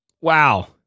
Wow